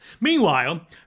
Meanwhile